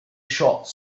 shots